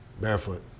barefoot